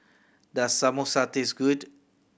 does Samosa taste good